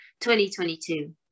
2022